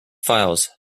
files